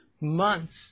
months